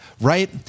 right